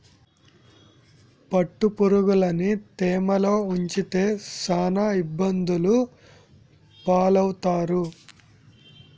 పట్టుపురుగులుని తేమలో ఉంచితే సాన ఇబ్బందులు పాలవుతారు